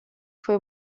foi